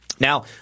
Now